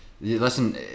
listen